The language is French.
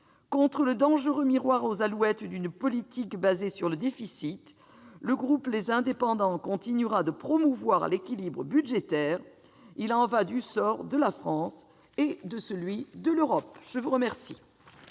Contre le dangereux miroir aux alouettes d'une politique fondée sur le déficit, le groupe Les Indépendants continuera de promouvoir l'équilibre budgétaire. Il y va du sort de la France et de l'Europe. La parole